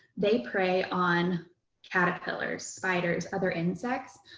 they prey on caterpillars, spiders, other insects.